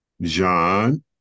john